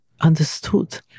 understood